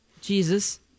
Jesus